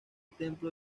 templo